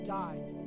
died